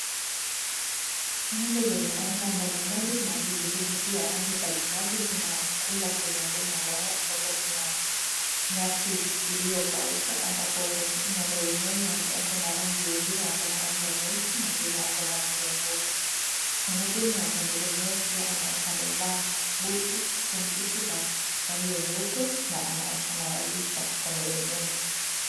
Ng'ombe zenye aina mbalimbali na vile vile pia rangi mbalimbali zinakula kwenye boma lao ambapo kuna nyasi iliyokauka ambapo ng'ombe wenyewe wako na rangi nyeusi na wengine wako na rangi nyeupe. Mhudumu wa ng'ombe zenyewe pia amevaa buti za rangi ya nyeupe na anawalisha ng'ombe wenyewe.